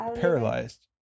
paralyzed